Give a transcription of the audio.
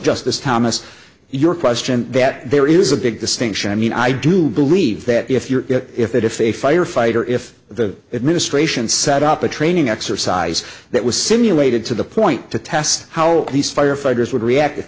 justice thomas your question that there is a big distinction i mean i do believe that if you're if that if a firefighter if the administration set up a training exercise that was simulated to the point to test how these firefighters would react if